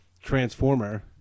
transformer